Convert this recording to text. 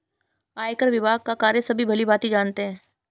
आयकर विभाग का कार्य सभी भली भांति जानते हैं